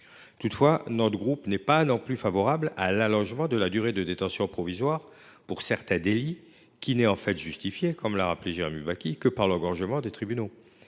Toutefois, notre groupe n’est pas non plus favorable à l’allongement de la durée de la détention provisoire pour certains délits, qui n’est en fait justifié, comme l’a rappelé Jérémy Bacchi, que par l’engorgement des tribunaux